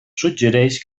suggereix